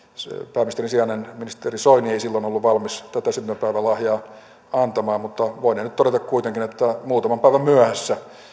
pääministerin sijainen ministeri soini ei silloin ollut valmis tätä syntymäpäivälahjaa antamaan mutta voinen nyt todeta kuitenkin että muutaman päivän myöhässä